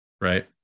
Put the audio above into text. right